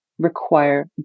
require